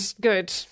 good